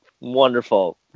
wonderful